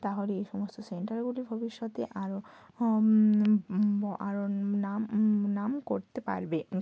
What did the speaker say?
তাহলে এই সমস্ত সেন্টারগুলি ভবিষ্যতে আরো আরো নাম নাম করতে পারবে